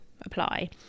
apply